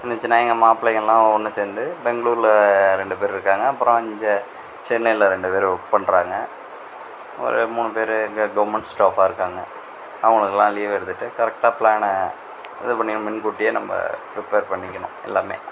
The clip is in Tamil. வந்துச்சுன்னா எங்கள் மாப்பிள்ளைங்களெல்லாம் ஒன்ற சேர்ந்து பெங்களூரில் ரெண்டு பேர் இருக்காங்க அப்புறம் சென்னையில் ரெண்டு பேர் ஒர்க் பண்ணுறாங்க ஒரு மூணு பேர் கவெர்மென்ட் ஸ்டாப்பாக இருக்காங்க அவங்களுக்கல்லாம் லீவு எடுத்துகிட்டு கரெக்ட்டாக ப்ளானை இது பண்ணி முன்கூட்டியே நம்ம ப்ரிப்பேர் பண்ணிக்கணும் எல்லாமே